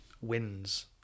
wins